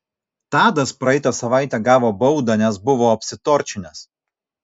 tadas praeitą savaitę gavo baudą nes buvo apsitorčinęs